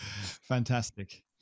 Fantastic